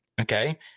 Okay